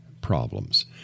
problems